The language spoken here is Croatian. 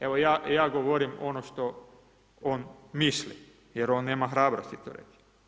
Evo ja govorim ono što on misli jer on nema hrabrosti to reći.